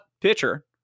pitcher